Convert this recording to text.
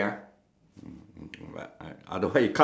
one night one night one night only love shag